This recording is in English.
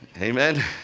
Amen